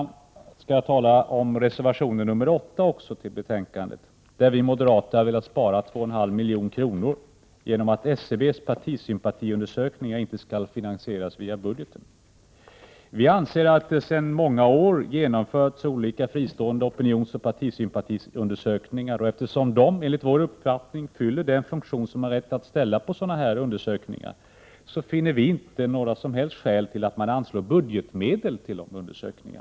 Jag skall också tala för reservation nr 8, där vi moderater velat spara 2,5 milj.kr. genom att SCB:s partisympatiundersökningar inte skall finansieras via budgeten. Vi anser att det sedan många år genomförts olika fristående opinionsoch partisympatiundersökningar. Eftersom de, enligt vår uppfattning, fyller den funktion som man har rätt att kräva av dessa undersökningar, finner vi inte några som helst skäl till att man anslår budgetmedel till dessa undersökningar.